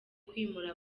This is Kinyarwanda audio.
kwimura